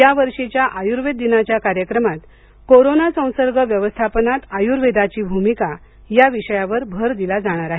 यावर्षीच्या आयुर्वेद दिनाच्या कार्यक्रमात कोरोना संसर्ग व्यवस्थापनात आयुर्वेदाची भूमिका या विषयावर भर दिला जाणार आहे